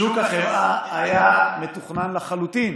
שוק החמאה היה מתוכנן לחלוטין